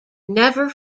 never